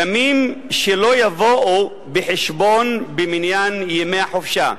ימים שלא יבואו בחשבון במניין ימי החופשה,